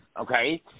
okay